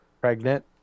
pregnant